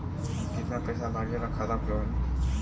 कितना पैसा लागेला खाता खोलवावे में?